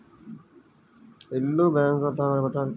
ఇల్లు బ్యాంకులో తాకట్టు పెట్టడానికి ఏమి డాక్యూమెంట్స్ కావాలి?